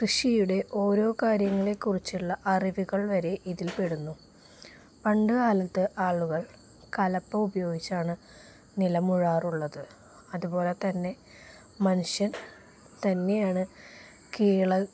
കൃഷിയുടെ ഓരോ കാര്യങ്ങളെക്കുറിച്ചുമുള്ള അറിവുകൾ വരെ ഇതിൽപ്പെടുന്നു പണ്ടുകാലത്ത് ആളുകൾ കലപ്പ ഉപയോഗിച്ചാണ് നിലമുഴാറുള്ളത് അതുപോലെ തന്നെ മനുഷ്യൻ തന്നെയാണ്